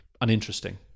uninteresting